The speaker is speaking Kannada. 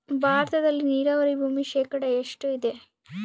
ಭಾರತದಲ್ಲಿ ನೇರಾವರಿ ಭೂಮಿ ಶೇಕಡ ಎಷ್ಟು ಇದೆ?